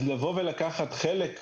אז לבוא ולקחת חלק מהמרצים,